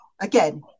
again